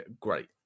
great